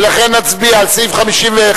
ולכן נצביע על סעיף 51,